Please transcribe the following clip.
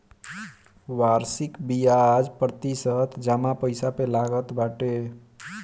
वार्षिक बियाज प्रतिशत जमा पईसा पे लागत बाटे